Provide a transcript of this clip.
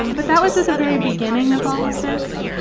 um but that was at the very beginning of all of this,